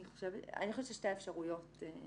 אני חושבת ששתי האפשרויות.